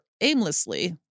aimlessly